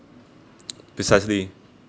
precisely